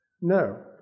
No